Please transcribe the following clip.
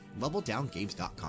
leveldowngames.com